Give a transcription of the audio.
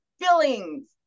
fillings